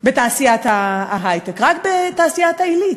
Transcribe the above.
בתעשיית ההיי-טק, רק בתעשיית העילית,